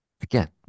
again